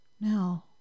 No